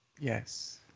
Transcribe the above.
Yes